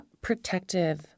protective